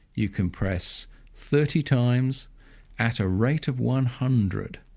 you compress thirty times at a rate of one hundred.